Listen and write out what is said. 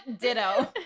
ditto